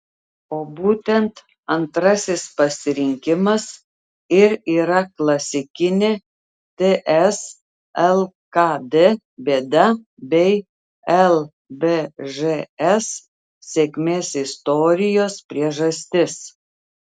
o būtent antrasis pasirinkimas ir yra klasikinė ts lkd bėda bei lvžs sėkmės istorijos priežastis